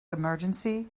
emergency